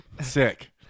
Sick